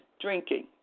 drinking